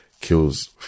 kills